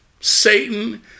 Satan